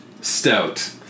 stout